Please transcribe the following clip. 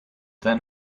then